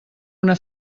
una